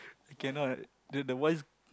cannot then the voice